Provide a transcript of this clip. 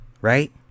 Right